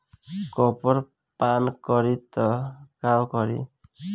Copper पान करी त का करी?